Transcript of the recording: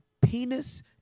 penis